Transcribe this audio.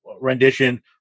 rendition